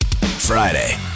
Friday